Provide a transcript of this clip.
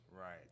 right